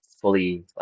fully